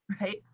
Right